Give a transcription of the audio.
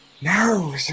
No